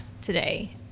today